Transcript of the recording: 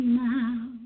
now